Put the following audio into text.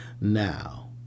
now